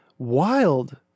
Wild